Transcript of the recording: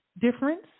difference